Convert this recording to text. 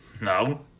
No